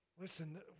Listen